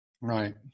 Right